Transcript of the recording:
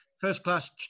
first-class